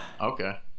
Okay